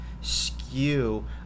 skew